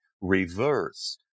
reverse